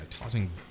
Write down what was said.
tossing